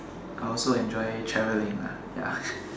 I also enjoy travelling lah ya